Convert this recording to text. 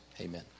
amen